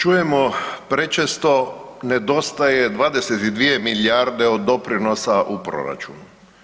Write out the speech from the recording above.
Čujemo prečesto nedostaje 22 milijarde od doprinosa u proračunu.